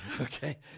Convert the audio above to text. okay